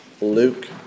Luke